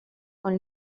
con